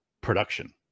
production